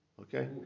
Okay